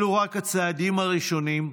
אלו רק הצעדים הראשונים,